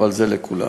אבל זה לכולם.